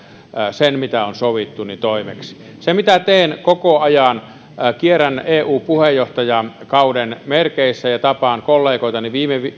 sen mitä on sovittu toimeksi se mitä teen koko ajan kierrän eu puheenjohtajakauden merkeissä ja tapaan kollegoitani